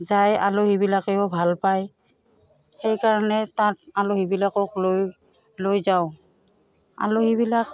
যায় আলহীবিলাকেও ভাল পায় সেইকাৰণে তাত আলহীবিলাকক লৈ লৈ যাওঁ আলহীবিলাক